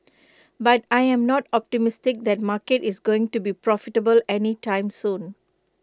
but I'm not optimistic that market is going to be profitable any time soon